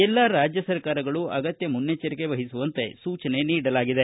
ಎಲ್ಲಾ ರಾಜ್ಯ ಸರ್ಕಾರಗಳು ಅಗತ್ಯ ಮುನ್ನೆಚ್ಚರಿಕೆ ವಹಿಸುವಂತೆ ಸೂಚನೆ ನೀಡಲಾಗಿದೆ